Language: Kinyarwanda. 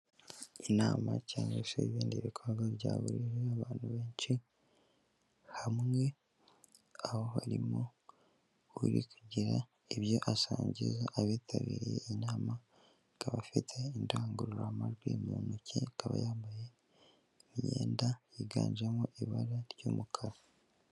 Inama cyangwa se ibindi bikorwa byahurije abantu benshi hamwe, aho harimo uri kugira ibyo asangiza abitabiriye inama, akaba afite indangururamajwi mu ntoki, akaba yambaye imyenda yiganjemo ibara ry'umukara.